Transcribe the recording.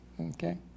Okay